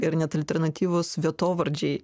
ir net alternatyvūs vietovardžiai